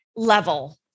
Level